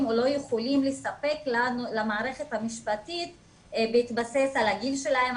או לא יכולים לספק למערכת המשפטית בהתבסס על הגיל שלהם,